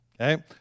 Okay